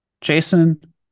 Jason